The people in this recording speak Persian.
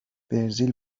برزیل